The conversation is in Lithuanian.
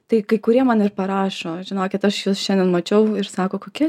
tai kai kurie man ir parašo žinokit aš jus šiandien mačiau ir sako kokia